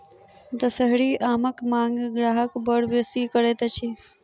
दसहरी आमक मांग ग्राहक बड़ बेसी करैत अछि